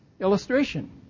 illustration